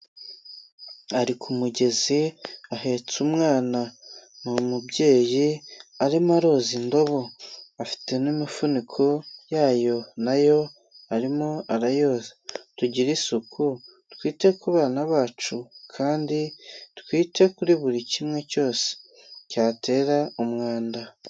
Ari ku mugezi ahetse umwana, ni umubyeyi arimo aroza indobo, afite n'imifuniko yayo nayo arimo arayoza. Tugire isuku, twite ku bana bacu kandi twite kuri buri kimwe cyose cyatera umwanda.